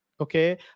Okay